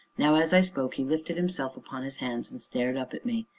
now, as i spoke, he lifted himself upon his hands and stared up at me.